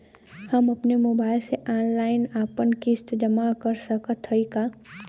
हम अपने मोबाइल से ऑनलाइन आपन किस्त जमा कर सकत हई का?